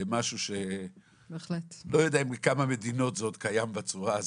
למשהו שלא יודע בכמה מדינות זה עוד קיים בצורה הזאת.